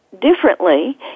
differently